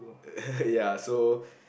ya so